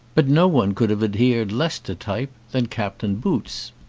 but no one could have adhered less to type than captain boots.